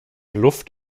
luft